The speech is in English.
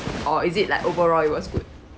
or is it like overall it was good